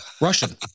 Russian